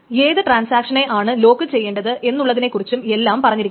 ഏത് ട്രാൻസാക്ഷനെ ആണ് ലോക്ക് ചെയ്യേണ്ടത് എന്നുള്ളതിനെ കുറിച്ചും എല്ലാം പറഞ്ഞിരിക്കണം